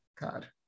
God